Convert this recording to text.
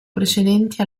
precedenti